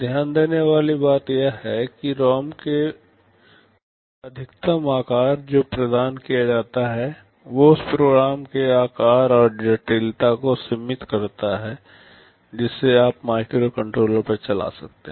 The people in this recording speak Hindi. ध्यान देने वाली बात यह है कि रौम का अधिकतम आकार जो प्रदान किया जाता है वो उस प्रोग्राम के आकार और जटिलता को सीमित करता है जिसे आप माइक्रोकंट्रोलर पर चला सकते हैं